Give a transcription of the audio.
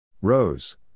Rose